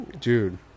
Dude